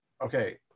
Okay